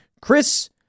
Chris